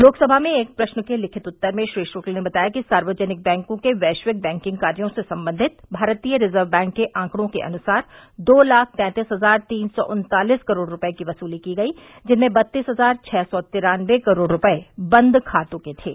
लोकसभा में एक प्रश्न के लिखित उत्तर में श्री शुक्ल ने बताया कि सार्वजनिक बैंकों के वैश्विक बैंकिंग कार्यो से संबंधित भारतीय रिजर्व बैंक के आंकड़ों के अनुसार दो लाख तैंतीस हजार तीन सौ उनतालीस करोड़ रुपये की वसुली की गई जिनमें बत्तीस हजार छः सौ तिरान्नबे करोड़ रूपये बंद खातों के थे